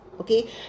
Okay